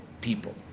people